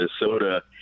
Minnesota